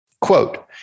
quote